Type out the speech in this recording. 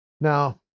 Now